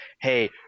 Hey